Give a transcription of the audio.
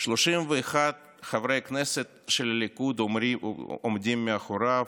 31 חברי הכנסת של הליכוד עומדים מאחוריו,